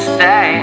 say